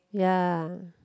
ya